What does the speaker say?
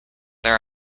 there